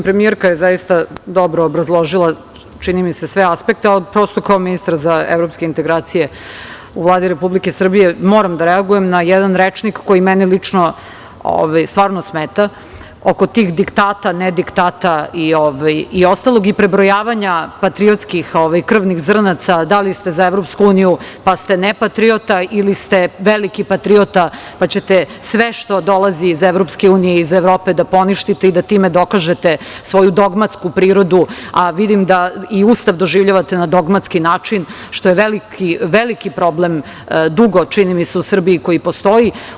Premijerka je zaista dobro obrazložila sve aspekte, ali prosto kao ministar za evropske integracije u Vladi Republike Srbije moram da reagujem na jedan rečnik koji meni lično stvarno smeta oko tih diktata, nediktata i ostalog i prebrojavanja patriotskih krvnih zrnaca da li ste za EU, pa ste nepatriota ili ste veliki patriota pa ćete sve što dolazi iz EU i iz Evrope da poništite i da time dokažete svoju dogmatsku prirodu, a vidim da i Ustav doživljavate na dogmatski način što je veliki problem dugo u Srbiji koji postoji.